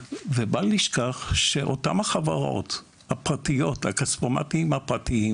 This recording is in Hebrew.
בל נשכח שאותן החברות הפרטיות, הכספומטים הפרטיים